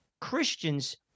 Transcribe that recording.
Christians